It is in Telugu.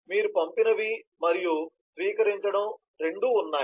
మీరు పంపినవి మరియు స్వీకరించడం రెండూ ఉన్నాయి